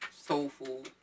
Soulful